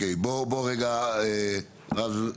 רז סיימת?